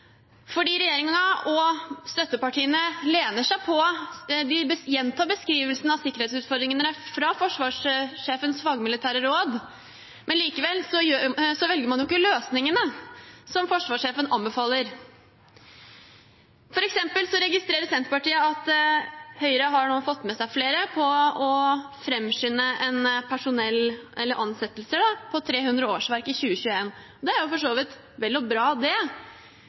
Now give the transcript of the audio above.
og støttepartiene gjentar beskrivelsen av sikkerhetsutfordringene fra Forsvarssjefens fagmilitære råd, men likevel velger man ikke løsningene som forsvarssjefen anbefaler. For eksempel registrerer Senterpartiet at Høyre nå har fått med seg flere på å framskynde ansettelser på 300 årsverk i 2021. Det er for så vidt vel og bra, men det